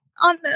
on